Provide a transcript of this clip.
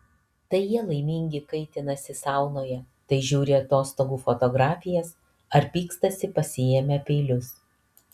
tai jie laimingi kaitinasi saunoje tai žiūri atostogų fotografijas ar pykstasi pasiėmę peilius